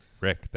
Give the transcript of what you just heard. Rick